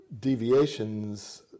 deviations